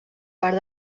parc